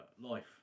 Life